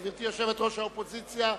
גברתי יושבת-ראש האופוזיציה,